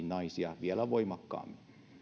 naisia vielä voimakkaammin